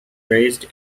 raised